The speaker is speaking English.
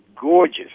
gorgeous